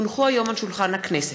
כי הונחו היום על שולחן הכנסת,